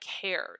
cared